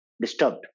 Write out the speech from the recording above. disturbed